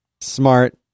Smart